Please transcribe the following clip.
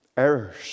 errors